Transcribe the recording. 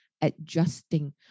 adjusting